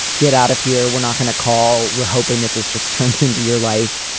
get out of here. we're not going to call. we're hoping that this just turns into your life.